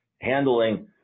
Handling